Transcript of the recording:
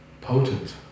potent